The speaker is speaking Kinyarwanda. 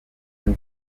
nk’u